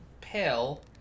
pill